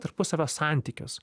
tarpusavio santykius